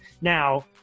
Now